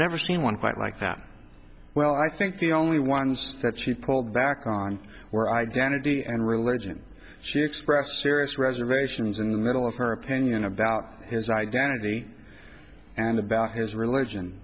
never seen one quite like that well i think the only ones that she pulled back on were identity and religion she expressed serious reservations in the middle of her opinion about his identity and about his religion